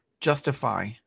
justify